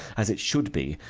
as it should be,